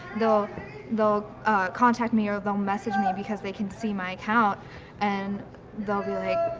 they'll they'll contact me or they'll message me because they can see my account and they'll be like,